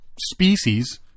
species